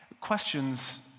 Questions